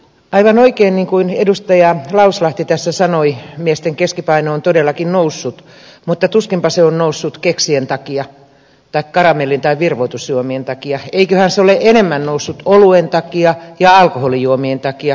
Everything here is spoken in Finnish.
aivan oikein niin kuin edustaja lauslahti tässä sanoi miesten keskipaino on todellakin noussut mutta tuskinpa se on noussut keksien takia tai karamellien tai virvoitusjuomien takia eiköhän se ole enemmän noussut oluen takia ja alkoholijuomien takia hiilihydraattien takia